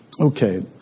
Okay